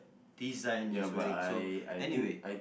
design he's wearing so anyway